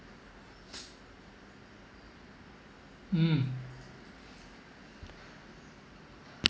mm